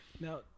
Now